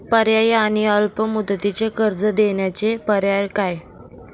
पर्यायी आणि अल्प मुदतीचे कर्ज देण्याचे पर्याय काय?